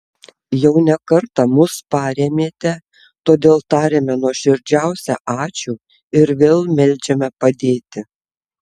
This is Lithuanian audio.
jau ne kartą mus parėmėte todėl tariame nuoširdžiausią ačiū ir vėl meldžiame padėti